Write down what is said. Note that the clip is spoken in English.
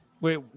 Wait